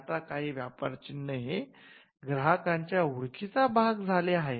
आता काही व्यापर चिन्हे हे ग्राहकांच्या ओळखीचा भाग झाले आहेत